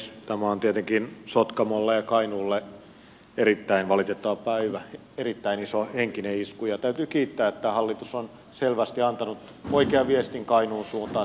tämä on tietenkin sotkamolle ja kainuulle erittäin valitettava päivä erittäin iso henkinen isku ja täytyy kiittää että hallitus on selvästi antanut oikean viestin kainuun suuntaan